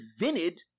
invented